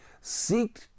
seek